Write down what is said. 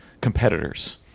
competitors